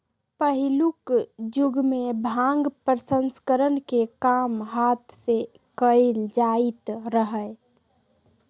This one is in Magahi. पहिलुक जुगमें भांग प्रसंस्करण के काम हात से कएल जाइत रहै